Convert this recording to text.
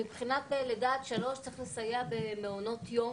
לדעת אם צריך לסייע במעונות יום,